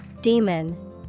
Demon